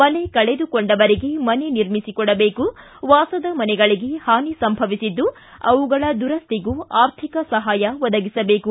ಮನೆ ಕಳೆದುಕೊಂಡವರಿಗೆ ಮನೆ ನಿರ್ಮಿಸಿ ಕೊಡಬೇಕು ವಾಸದ ಮನೆಗಳಗೆ ಹಾನಿ ಸಂಭವಿಸಿದ್ದು ಅವುಗಳ ದುರ್ನಾಗೂ ಆರ್ಥಿಕ ಸಹಾಯ ಒದಗಿಸಬೇಕು